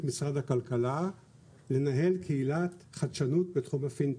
משרד הכלכלה לנהל קהילת חדשנות בתחום הפינטק.